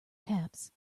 taps